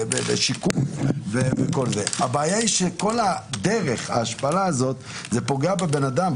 הבעיה היא שכל ההשפלה פוגע באדם,